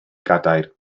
gadair